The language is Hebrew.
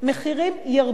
מחירים ירדו,